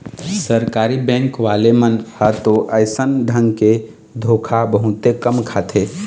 सरकारी बेंक वाले मन ह तो अइसन ढंग के धोखा बहुते कम खाथे